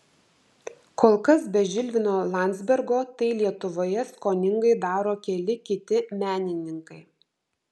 kol kas be žilvino landzbergo tai lietuvoje skoningai daro keli kiti menininkai